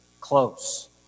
close